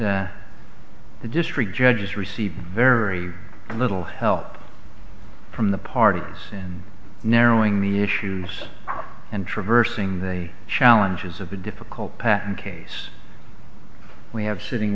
that the district judges receive very little help from the parties and narrowing the issues and traversing the challenges of a difficult path and case we have sitting